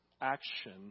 action